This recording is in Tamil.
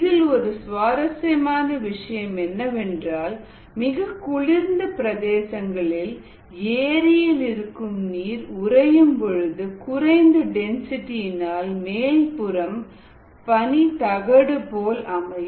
இதில் ஒரு சுவாரசியமான விஷயம் என்னவென்றால் மிகக் குளிர்ந்த பிரதேசங்களில் ஏரியில் இருக்கும் நீர் உரையும் பொழுது குறைந்த டென்சிட்டி யினால் மேல்புறம் பனிதகடு போல் அமையும்